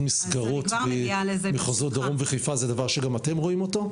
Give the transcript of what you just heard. מסגרות במחוזות דרום וחיפה זה דבר שגם אתם רואים אותו?